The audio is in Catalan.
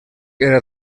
era